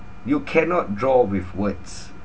you cannot draw with words